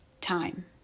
Time